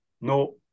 no